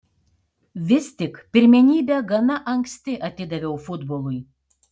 vis tik pirmenybę gana anksti atidaviau futbolui